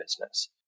business